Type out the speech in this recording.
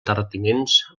terratinents